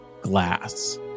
glass